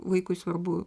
vaikui svarbu